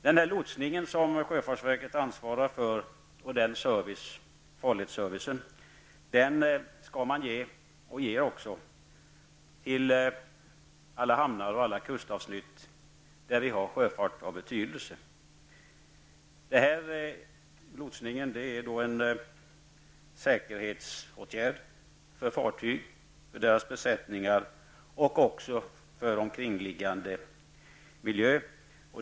Den lotsning och farledsservice som sjöfartsverket ansvarar för skall man ge, och man ger den också, till alla hamnar och kustavsnitt där vi har sjöfart av betydelse. Lotsningen är en säkerhetsåtgärd för fartygen, deras besättningar och för omkringliggande miljö.